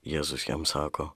jėzus jam sako